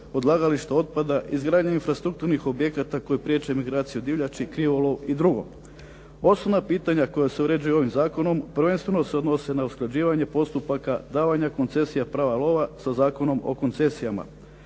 odlagališta otpada, izgradnja infrastrukturnih objekata koji priječe migraciju divljači, krivolov i drugo. Osnovna pitanja koja se uređuju ovim zakonom prvenstveno se odnose na usklađivanje postupaka, davanja koncesija prava lova, sa Zakonom o koncesijama.